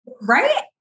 right